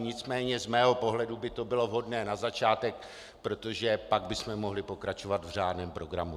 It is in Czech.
Nicméně z mého pohledu by to bylo vhodné na začátek, protože pak bychom mohli pokračovat v řádném programu.